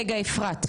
רגע אפרת,